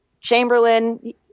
Chamberlain